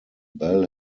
bell